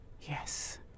Yes